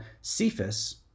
Cephas